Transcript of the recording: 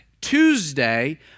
Tuesday